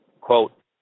quote